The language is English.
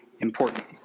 important